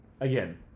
Again